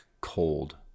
cold